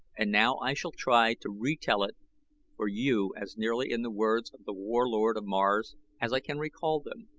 and now i shall try to re-tell it for you as nearly in the words of the warlord of mars as i can recall them,